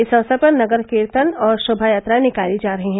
इस अवसर पर नगर कीर्तन और शोभायात्राये निकाली जा रही हैं